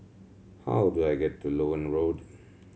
how do I get to Loewen Road